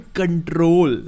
control